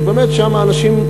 ובאמת האנשים שם,